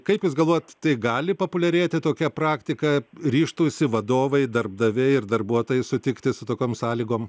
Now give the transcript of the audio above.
kaip jūs galvojat tai gali populiarėti tokia praktika ryžtųsi vadovai darbdaviai ir darbuotojai sutikti su tokiom sąlygom